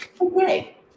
Okay